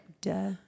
duh